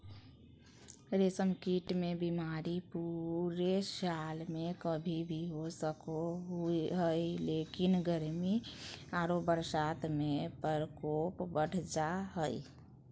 रेशम कीट मे बीमारी पूरे साल में कभी भी हो सको हई, लेकिन गर्मी आरो बरसात में प्रकोप बढ़ जा हई